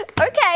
okay